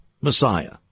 Messiah